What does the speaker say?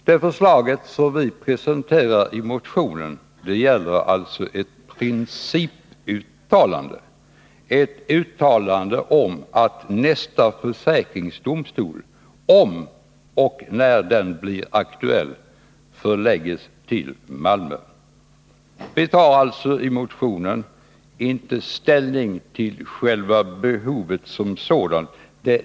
Det förslag som vi presenterar i motionen gäller alltså ett principuttalande, ett uttalande om att nästa försäkringsdomstol — om och när den blir aktuell — skall förläggas till Malmö. Vi tar alltså i motionen inte ställning till själva behovet som sådant.